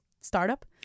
startup